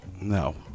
No